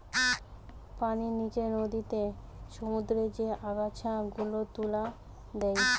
পানির নিচে নদীতে, সমুদ্রতে যে আগাছা গুলা তুলে দে